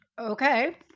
Okay